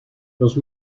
los